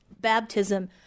baptism